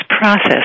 process